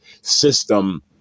system